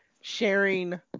sharing